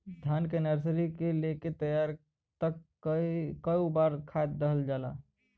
धान के नर्सरी से लेके तैयारी तक कौ बार खाद दहल जाला?